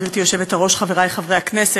גברתי היושבת-ראש, תודה, חברי חברי הכנסת,